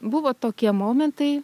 buvo tokie momentai